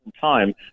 time